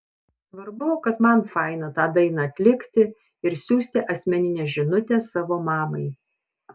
svarbu kad man faina tą dainą atlikti ir siųsti asmeninę žinutę savo mamai